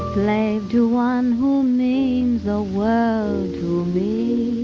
a slave to one who means the world to me.